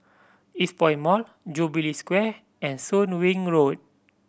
Eastpoint Mall Jubilee Square and Soon Wing Road